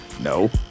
No